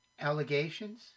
allegations